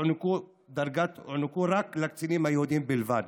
הוענקו לקצינים יהודים בלבד.